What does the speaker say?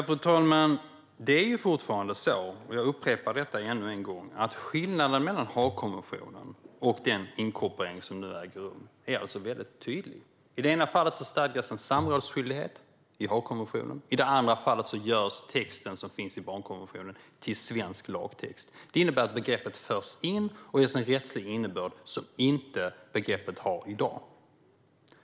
Fru talman! Låt mig upprepa att skillnaden mellan Haagkonventionen och den inkorporering som nu äger rum är tydlig. I det ena fallet, Haagkonventionen, stadgas en samrådsskyldighet. I det andra fallet görs barnkonventionens text till svensk lagtext. Det innebär att begreppet förs in och ges en rättslig innebörd som begreppet inte har i dag.